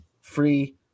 free